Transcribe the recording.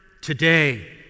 today